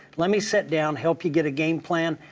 let me sit down, help you get a game plan,